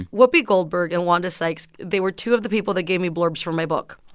whoopi goldberg and wanda sykes, they were two of the people that gave me blurbs for my book.